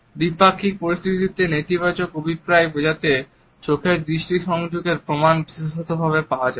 দ্বিপাক্ষিক পরিস্থিতিতে নেতিবাচক অভিপ্রায় বোঝাতে চোখের দৃষ্টি সংযোগের প্রমাণ বিশেষতভাবে পাওয়া যায়